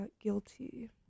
guilty